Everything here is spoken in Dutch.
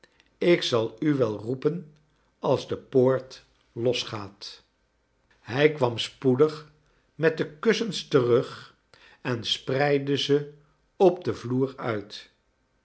ik zal u wel roepen als de poort los gaat hij kwam spoedig met de kussens terug en spreidde ze op den vloer uit